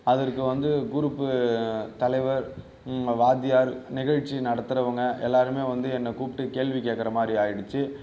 அதற்கு வந்து குரூப்பு தலைவர் வாத்தியார் நிகழ்ச்சி நடத்துகிறவங்க எல்லோருமே வந்து என்ன கூப்பிட்டு கேள்வி கேட்குற மாதிரி ஆயிடுச்சு